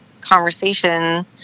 conversation